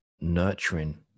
nurturing